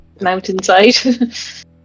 mountainside